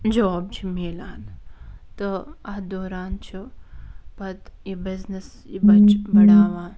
job چھُ میلان تہٕ اَتھ دوران چھُ پَتہٕ یہِ بِزنِس یہِ بَڈاوان